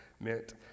meant